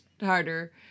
harder